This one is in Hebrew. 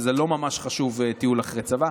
וזה לא ממש חשוב טיול אחרי צבא.